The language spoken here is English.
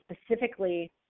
specifically